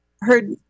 heard